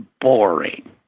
boring